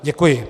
Děkuji.